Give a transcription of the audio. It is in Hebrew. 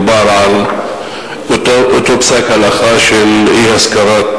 דובר על אותו פסק הלכה של אי-השכרת